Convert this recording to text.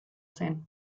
zen